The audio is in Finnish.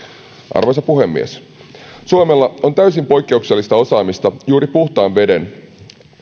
arvoisa puhemies suomella on täysin poikkeuksellista osaamista juuri puhtaan veden